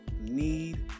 need